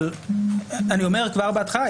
אני אומר כבר בהתחלה,